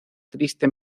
triste